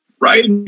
Right